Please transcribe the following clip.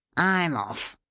i'm off.